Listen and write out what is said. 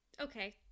Okay